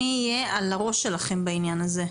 אני אהיה על הראש שלכם בעניין הזה.